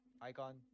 icon